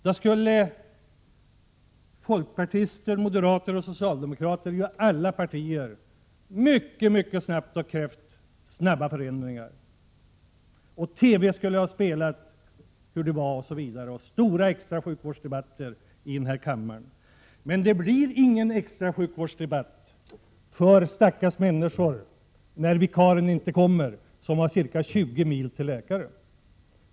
Då skulle folkpartister, moderater och socialdemokrater, ja, folk ur alla partier, mycket snabbt ha krävt omedelbara förändringar, TV skulle ha visat upp hur det var och stora extra sjukvårdsdebatter skulle ha anordnats här i kammaren. Men det blir ingen extra sjukvårdsdebatt när vikarien inte kommer till mottagningen och människor som åkt 20 mil för att komma till läkare!